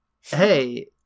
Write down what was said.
hey